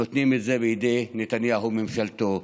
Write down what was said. נותנים את זה בידי נתניהו וממשלתו,